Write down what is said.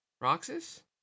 Roxas